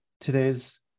today's